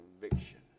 conviction